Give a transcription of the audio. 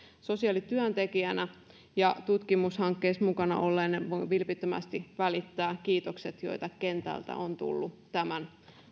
sosiaalityöntekijänä ja tutkimushankkeissa mukana olleena voin vilpittömästi välittää kiitokset joita kentältä on tullut tämän